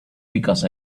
because